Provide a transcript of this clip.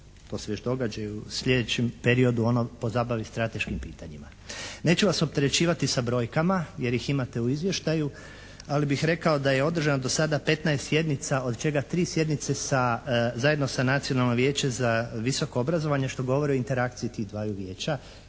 to se već događa, i u sljedećem periodu ono pozabavi strateškim pitanjima. Neću vas opterećivati sa brojkama jer ih imate u izvještaju, ali bih rekao da je održano do sada 15 sjednica od čega 3 sjednice sa, zajedno sa Nacionalnim vijeće za visoko obrazovanje, što govori o interakciji tih dvaju vijeća.